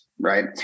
Right